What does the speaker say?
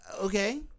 okay